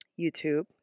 YouTube